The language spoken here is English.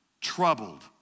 troubled